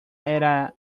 era